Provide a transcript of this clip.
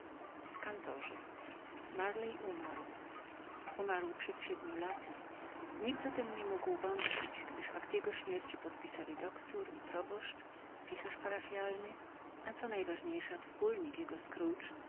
w kantorze marley umarł umarł przed siedmiu laty nikt o tem nie mógł wątpić gdyż akt jego śmierci podpisali doktór i proboszcz pisarz parafialny a co najważniejsza wspólnik jego